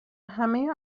همه